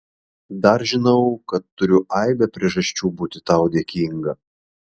dar žinau kad turiu aibę priežasčių būti tau dėkinga